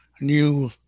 new